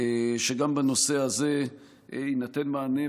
שגם בנושא הזה יינתן מענה.